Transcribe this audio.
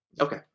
Okay